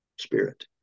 spirit